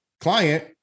client